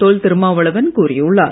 தொல் திருமாவளவன் கூறியுள்ளார்